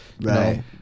right